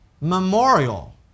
memorial